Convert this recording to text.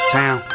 town